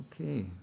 Okay